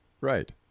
right